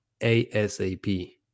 ASAP